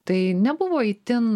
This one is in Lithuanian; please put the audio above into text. tai nebuvo itin